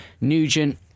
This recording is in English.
Nugent